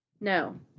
No